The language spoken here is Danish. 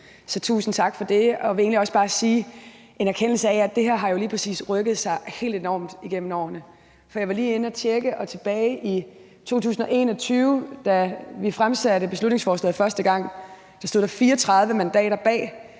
Så tusind tak for det. Jeg vil egentlig også bare sige, at lige præcis det her jo har rykket sig helt enormt igennem årene. Jeg var lige inde at tjekke, og tilbage i 2021, da vi fremsatte beslutningsforslaget første gang, stod der 34 mandater bag,